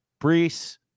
Brees